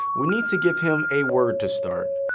we need to give him a word to start.